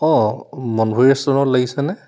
অঁ মনভৰি ৰেষ্টুৰেণ্টত লাগিছেনে